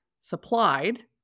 supplied